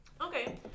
Okay